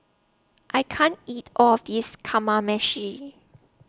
I can't eat All of This Kamameshi